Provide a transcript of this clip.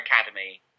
Academy